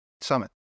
summit